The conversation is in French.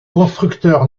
constructeur